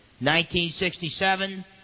1967